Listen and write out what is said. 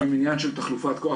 יש עניין של תחלופת כוח